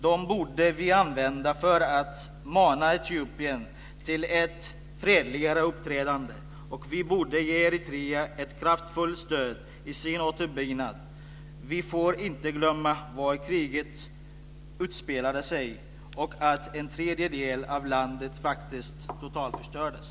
Dem borde vi använda för att mana Etiopien till ett fredligare uppträdande, och vi borde ge Eritrea ett kraftfullt stöd till dess återuppbyggnad. Vi får inte glömma var kriget utspelade sig och att en tredjedel av landet faktiskt totalförstördes.